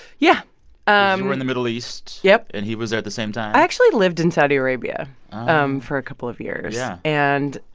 yeah you um were in the middle east yep and he was there at the same time? i actually lived in saudi arabia um for a couple of years yeah and,